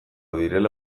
direla